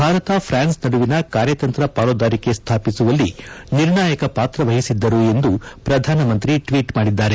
Bharat France ನಡುವಿನ ಕಾರ್ಯತಂತ್ರ ಪಾಲುದಾರಿಕೆ ಸ್ಥಾಪಿಸುವಲ್ಲಿ ನಿರ್ಣಾಯಕ ಪಾತ್ರ ವಹಿಸಿದ್ದರು ಎಂದು ಪ್ರಧಾನಮಂತ್ರಿ ಟ್ವೀಟ್ ಮಾದಿದ್ದಾರೆ